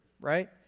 right